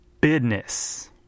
business